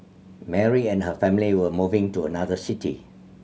Mary and her family were moving to another city